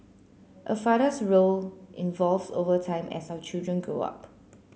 a father's role evolves over time as our children grow up